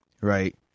right